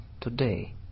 Today. —